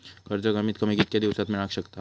कर्ज कमीत कमी कितक्या दिवसात मेलक शकता?